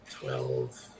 Twelve